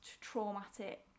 traumatic